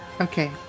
okay